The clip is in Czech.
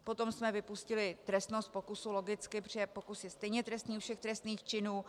Potom jsme vypustili trestnost pokusu, logicky, protože pokus je stejně trestný u všech trestných činů.